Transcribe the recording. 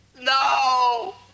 No